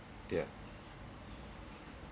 yeah